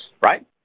right